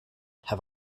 have